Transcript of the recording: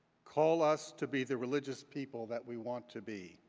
call us to be the religious people that we want to be.